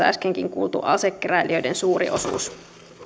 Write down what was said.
äsken kuultu asekeräilijöiden suuri osuus